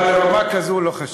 אבל על רמה כזו לא חשבתי.